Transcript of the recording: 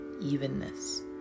evenness